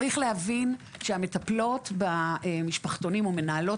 צריך להבין שהמטפלות במשפחתונים או מנהלות